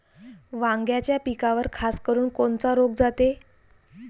वांग्याच्या पिकावर खासकरुन कोनचा रोग जाते?